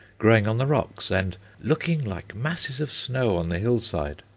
growing on the rocks, and looking like masses of snow on the hill-side.